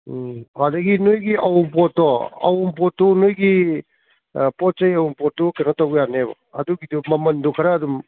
ꯑꯗꯨꯗꯒꯤ ꯅꯣꯏꯒꯤ ꯑꯎꯟꯄꯣꯠꯇꯣ ꯑꯎꯟꯄꯣꯠꯇꯨ ꯅꯣꯏꯒꯤ ꯄꯣꯠꯆꯩ ꯑꯎꯟꯄꯣꯠꯇꯨ ꯀꯩꯅꯣ ꯇꯧꯕ ꯌꯥꯅꯦꯕ ꯑꯗꯨꯒꯤꯗꯣ ꯃꯃꯜꯗꯣ ꯈꯔ ꯑꯗꯨꯝ